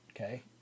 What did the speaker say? okay